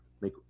make